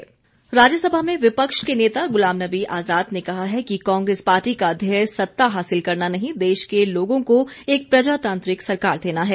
गुलाम नबी राज्यसभा में विपक्ष के नेता गुलाम नबी आजाद ने कहा है कि कांग्रेस पार्टी का ध्येय सत्ता हासिल करना नहीं देश के लोगों को एक प्रजातांत्रिक सरकार देना है